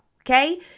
Okay